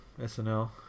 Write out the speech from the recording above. SNL